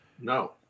No